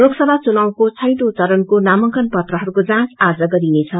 लोकसभा चुनावको छँटौ चरणको नामाकन पत्रहरूको जाँच आज गरिनेछ